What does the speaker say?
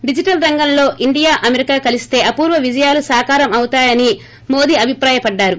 digital రంగంలో India America కలిస్తే అపూర్వ విజయాలు సాకారం అవుతాయని మోదీ అభిప్రాయపడ్డారు